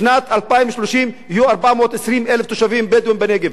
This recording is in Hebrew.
ובשנת 2030 יהיו 420,000 תושבים בדואים בנגב.